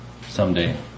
someday